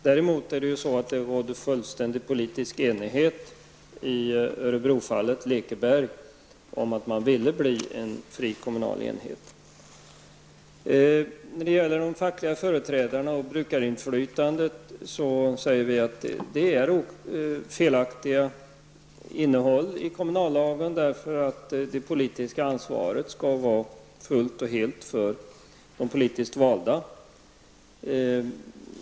Däremot råder det fullständig politisk enighet i När det gäller de fackliga företrädarna och brukarinflytandet säger vi att det är felaktigt innehåll i kommunallagen. Det politiska ansvaret skall vara helt och fullt för de politiskt valda.